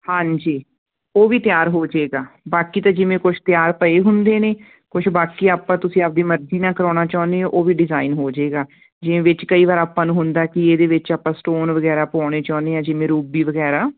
ਹਾਂਜੀ ਉਹ ਵੀ ਤਿਆਰ ਹੋਜੇਗਾ ਬਾਕੀ ਤੇ ਜਿਵੇਂ ਕੁਛ ਤਿਆਰ ਪਏ ਹੁੰਦੇ ਨੇ ਕੁਛ ਬਾਕੀ ਆਪਾਂ ਤੁਸੀਂ ਆਪਦੀ ਮਰਜ਼ੀ ਨਾਲ ਕਰਾਉਣਾ ਚਾਹੁਨੇ ਓ ਉਹ ਵੀ ਡਿਜ਼ਾਇਨ ਹੋਜੇਗਾ ਜਿਵੇਂ ਵਿੱਚ ਕਈ ਵਾਰ ਆਪਾਂ ਨੂੰ ਹੁੰਦਾ ਕੀ ਇਹਦੇ ਵਿੱਚ ਆਪਾਂ ਸਟੋਨ ਵਗੈਰਾ ਪਵਾਉਣੇ ਚਾਹੁਨੇ ਆਂ ਜਿਵੇਂ ਰੁੱਬੀ ਵਗੈਰਾ